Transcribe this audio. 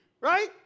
right